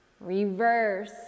Reverse